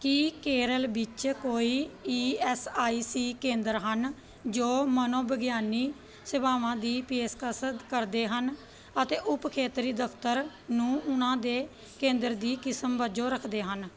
ਕੀ ਕੇਰਲ ਵਿੱਚ ਕੋਈ E S I C ਕੇਂਦਰ ਹਨ ਜੋ ਮਨੋਵਿਗਿਆਨੀ ਸੇਵਾਵਾਂ ਦੀ ਪੇਸ਼ਕਸ਼ ਕਰਦੇ ਹਨ ਅਤੇ ਉਪ ਖੇਤਰੀ ਦਫ਼ਤਰ ਨੂੰ ਉਹਨਾਂ ਦੇ ਕੇਂਦਰ ਦੀ ਕਿਸਮ ਵਜੋਂ ਰੱਖਦੇ ਹਨ